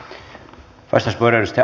arvoisa puhemies